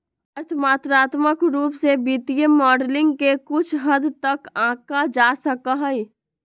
अर्थ मात्रात्मक रूप से वित्तीय मॉडलिंग के कुछ हद तक आंका जा सका हई